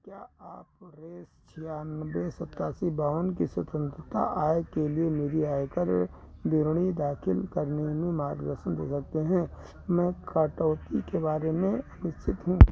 क्या आप रेस छियानबे सत्तासी बावन की स्वतंत्रता आय के लिए मेरी आयकर विवरण दाखिल करने में मार्गदर्शन दे सकते हैं मैं कटौती के बारे में अनिश्चित हूँ